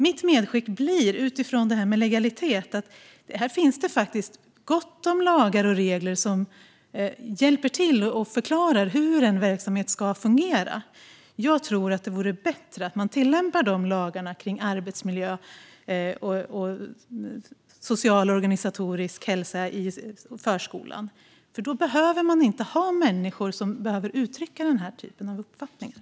Mitt medskick utifrån detta med legalitet blir att det finns gott om lagar och regler som hjälper till att förklara hur en verksamhet ska fungera. Jag tror att det vore bättre om man tillämpade dessa lagar om arbetsmiljö och social och organisatorisk hälsa i förskolan. Då behöver man inte ha människor som uttrycker denna typ av uppfattningar.